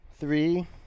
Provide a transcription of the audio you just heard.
Three